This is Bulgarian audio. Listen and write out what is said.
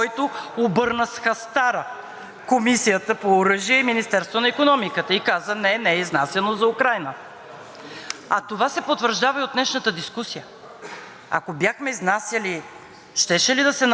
А това се потвърждава и от днешната дискусия, ако бяхме изнасяли, щеше ли да се налага днес да променяме Решението на парламента и да взимаме решение да изнасяме?! Даже чух някой тук, че казва боеприпаси.